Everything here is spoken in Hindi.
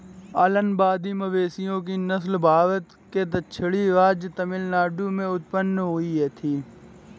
अलंबादी मवेशियों की नस्ल भारत के दक्षिणी राज्य तमिलनाडु में उत्पन्न हुई थी